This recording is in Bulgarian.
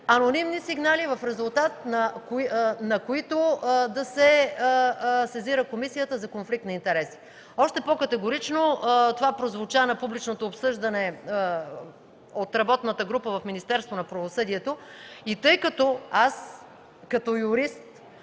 анонимни сигнали, в резултат на които да се сезира Комисията за конфликт на интереси. Още по-категорично това прозвуча на публичното обсъждане от работната група в Министерството на правосъдието. Тъй като аз като юрист